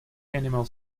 animals